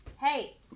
Hey